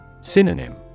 Synonym